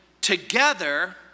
together